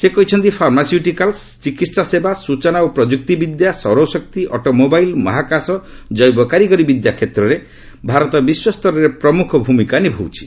ସେ କହିଛନ୍ତି ଫାର୍ମାସିଉଟିକାଲ୍ ଚିକିତ୍ସା ସେବା ସୂଚନା ଓ ପ୍ରଯୁକ୍ତି ବିଦ୍ୟା ସୌରଶକ୍ତି ଅଟୋମୋବାଇଲ୍ ମହାକାଶ ଓ ଜୈବ କାରିଗରି ବିଦ୍ୟା କ୍ଷେତ୍ରରେ ଭାରତ ବିଶ୍ୱସ୍ତରରେ ପ୍ରମୁଖ ଭୂମିକା ନିଭାଉଛି